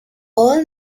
all